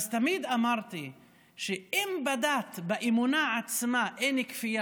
אז תמיד אמרתי שאם בדת, באמונה עצמה,